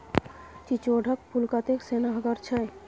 चिचोढ़ क फूल कतेक सेहनगर छै